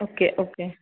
okay okay